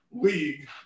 league